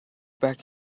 back